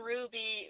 Ruby